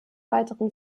weiteren